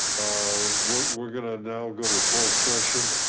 ah we're gonna now go to closed session.